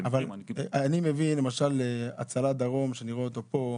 אבל למשל הצלה דרום שאני רואה אותו פה,